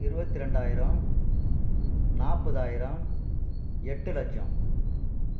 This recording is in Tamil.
இருபத்ரெண்டாயிரம் நாற்பதாயிரம் எட்டு லட்சம்